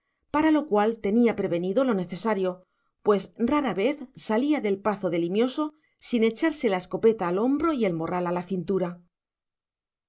para lo cual tenía prevenido lo necesario pues rara vez salía del pazo de limioso sin echarse la escopeta al hombro y el morral a la cintura